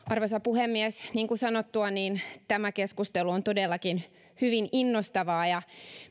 arvoisa puhemies niin kuin sanottua tämä keskustelu on todellakin hyvin innostavaa ja